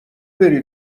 بری